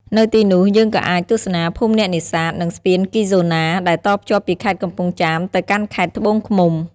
នៅទីនោះ យើងក៏អាចទស្សនាភូមិអ្នកនេសាទ និងស្ពានគីហ្សូណាដែលតភ្ជាប់ពីខេត្តកំពង់ចាមទៅកាន់ខេត្តត្បូងឃ្មុំ។